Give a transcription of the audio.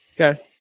Okay